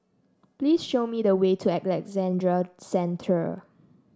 please show me the way to Alexandra Central